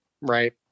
Right